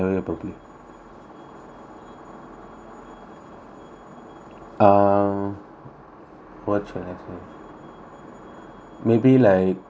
ah what should I say maybe like